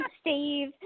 Steve